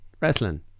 wrestling